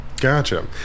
Gotcha